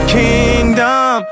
kingdom